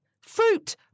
fruit